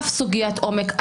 אף סוגיית עומק,